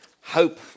hope